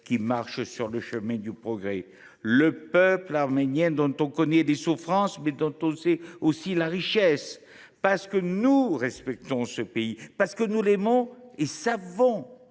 qui marche sur le chemin du progrès – le peuple arménien, dont on connaît les souffrances, mais dont on sait aussi la richesse. Parce que nous respectons ce pays, parce que nous l’aimons et parce